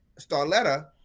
Starletta